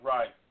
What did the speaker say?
Right